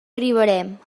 arribarem